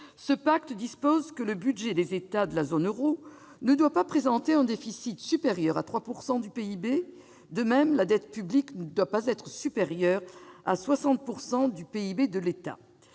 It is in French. Ce pacte stipule que le budget des États de la zone euro ne doit pas présenter un déficit supérieur à 3 % du PIB. De même, la dette publique ne doit pas être supérieure à 60 % du PIB de l'État.